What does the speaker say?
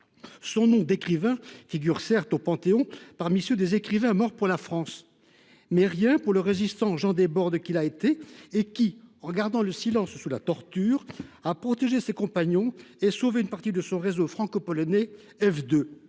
Son nom figure certes au Panthéon parmi ceux des écrivains morts pour la France, mais rien sur Jean Desbordes le résistant, qui, en gardant le silence sous la torture, a protégé ses compagnons et sauvé une partie de son réseau franco polonais F2.